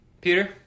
Peter